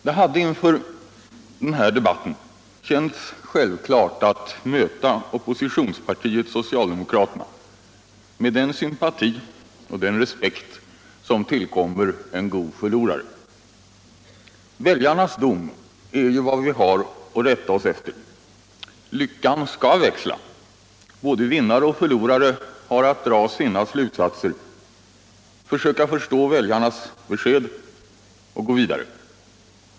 Det hade inför den här debatten känts självklart att möta oppositionspartiet socialdemokraterna med den sympati och den respekt som tillkommer en god förlorare. Väljarnas dom är ju vad vi har att rätta oss efter. Lyckan skall växla. Både vinnare och förlorare har att dra sina slutsatser. försöka förstå väljarnas besked och gå vidare.